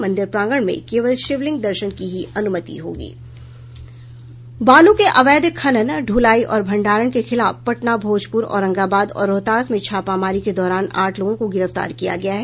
मंदिर प्रांगण में केवल शिवलिंग दर्शन की हीं अनुमति होगी बालू के अवैध खनन ढुलाई और भंडारण के खिलाफ पटना भोजपुर औरंगाबाद और रोहतास में छापामारी के दौरान आठ लोगों को गिरफ्तार किया गया है